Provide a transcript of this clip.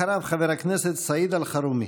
אחריו, חבר הכנסת סעיד אלחרומי.